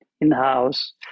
in-house